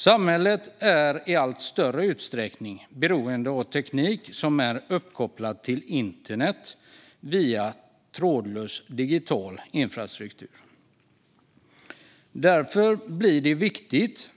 Samhället är i allt större utsträckning beroende av teknik som är uppkopplad till internet via trådlös digital infrastruktur. Därför blir det viktigt